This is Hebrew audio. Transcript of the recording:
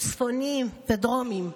צפוניים ודרומיים,